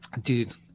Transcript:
Dude